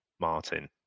Martin